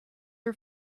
are